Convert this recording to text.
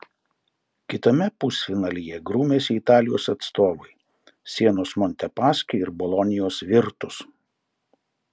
kitame pusfinalyje grūmėsi italijos atstovai sienos montepaschi ir bolonijos virtus